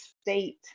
state